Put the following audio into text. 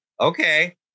okay